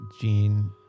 Gene